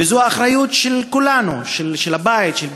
וזאת האחריות של כולנו, של הבית, של בית-הספר,